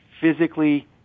physically